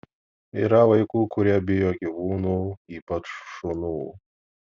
yra vaikų kurie bijo gyvūnų ypač šunų